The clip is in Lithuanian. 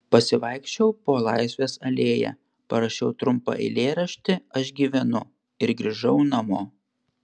pasivaikščiojau po laisvės alėją parašiau trumpą eilėraštį aš gyvenu ir grįžau namo